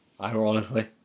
ironically